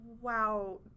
wow